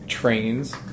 trains